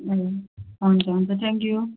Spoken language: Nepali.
उम्म् हुन्छ हुन्छ थ्याङ्क यू